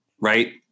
Right